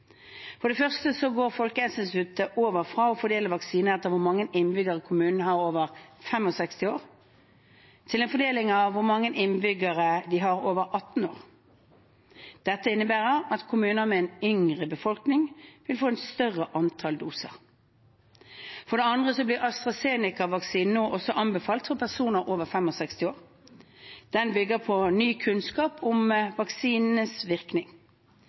For det første går Folkehelseinstituttet over fra å fordele vaksinene etter hvor mange innbyggere kommunene har over 65 år, til en fordeling etter hvor mange innbyggere de har over 18 år. Dette innebærer at kommuner med en yngre befolkning vil få et større antall doser. For det andre blir AstraZeneca-vaksinen nå også anbefalt for personer over 65 år. Det bygger på ny kunnskap om vaksinenes virkning.